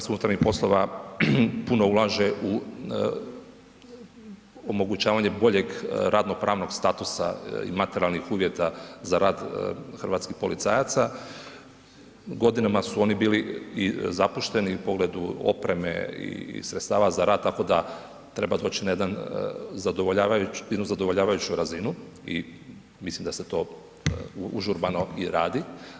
Ova Vlada i MUP puno ulaže u omogućavanje boljeg radno pravnog statusa i materijalnih uvjeta za rad hrvatskih policajaca, godinama su oni bili i zapušteni u pogledu opreme i sredstava za rad tako da treba doć na jednu zadovoljavajuću razinu i mislim da se to užurbano i radi.